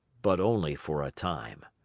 but only for a time.